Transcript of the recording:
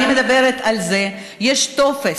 אני מדברת על טופס.